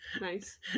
Nice